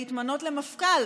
להתמנות למפכ"ל,